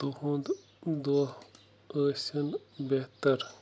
تُہُنٛد دۄہ ٲسِن بہتر